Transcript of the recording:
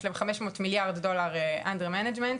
יש להם חמש מאות מיליארד דולר תחת ניהול,